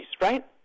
right